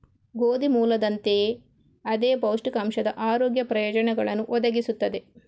ಗೋಧಿ ಮೂಲದಂತೆಯೇ ಅದೇ ಪೌಷ್ಟಿಕಾಂಶದ ಆರೋಗ್ಯ ಪ್ರಯೋಜನಗಳನ್ನು ಒದಗಿಸುತ್ತದೆ